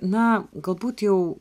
na galbūt jau